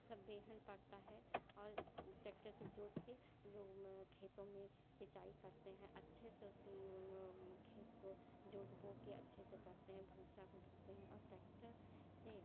सब बेहन पड़ता है और टैक्टर से जोतकर लोग खेतों में सिंचाई करते हैं अच्छे से उस खेत को जोत बो कर अच्छे से करते हैं भूंसे को ढोते हैं और टैक्टर से